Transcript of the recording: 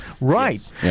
right